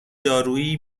دارویی